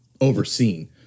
overseen